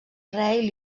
rei